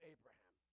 Abraham